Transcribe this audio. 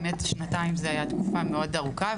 באמת, שנתיים זו הייתה תקופה מאוד ארוכה.